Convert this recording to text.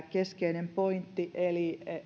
keskeinen pointti eli